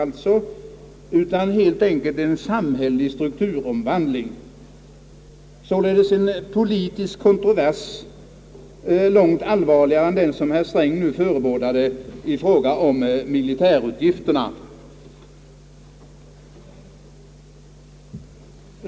Jag syftar på en samhällelig strukturomvandling, av politiskt kontroversiellt långt allvarligare innebörd än den som herr Sträng nyss förebådade i fråga om militärutgifterna.